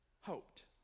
hoped